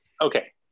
Okay